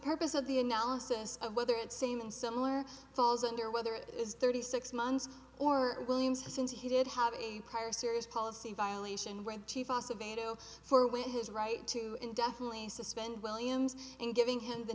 purpose of the analysis of whether it's same and similar falls under whether it is thirty six months or williams since he did have a prior serious policy violation of a do for when his right to indefinitely suspend williams and giving him the